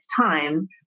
time